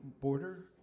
border